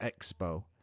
expo